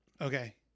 Okay